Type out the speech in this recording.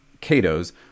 Cato's